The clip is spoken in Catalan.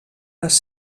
les